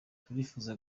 turifuza